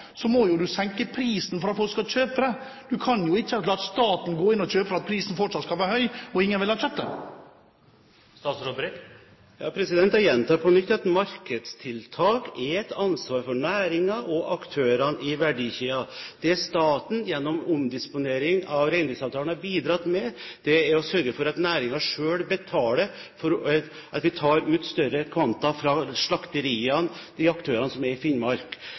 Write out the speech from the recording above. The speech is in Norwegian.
så må man senke prisen for at folk skal kjøpe. Man kan jo ikke la staten gå inn og kjøpe for at prisen fortsatt skal være høy og ingen vil ha kjøttet. Jeg gjentar på nytt at markedstiltak er et ansvar for næringen og aktørene i verdikjeden. Det staten gjennom omdisponering av reindriftsavtalen har bidratt med, er å sørge for at næringen selv betaler for at vi tar ut større kvanta fra slakteriene – det gjelder aktørene i Finnmark.